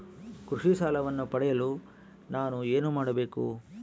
ಕೃಷಿ ಸಾಲವನ್ನು ಪಡೆಯಲು ನಾನು ಏನು ಮಾಡಬೇಕು?